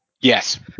Yes